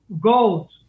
gold